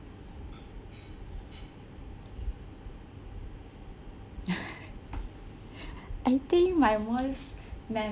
I think my most